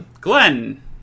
Glenn